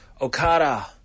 Okada